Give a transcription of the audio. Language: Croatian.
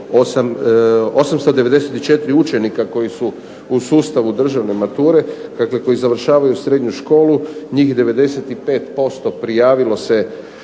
894 učenika koji su u sustavu državne mature dakle koji završavaju srednju školu njih 95% prijavilo se